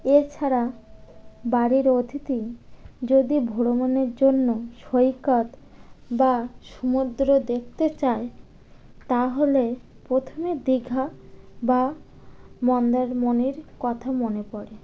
এছাড়া বাড়ির অতিথি যদি ভ্রমণের জন্য সৈকত বা সমুদ্র দেখতে চায় তাহলে প্রথমে দীঘা বা মন্দারমনির কথা মনে পড়ে